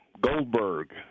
Goldberg